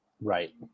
Right